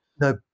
no